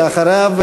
ואחריו,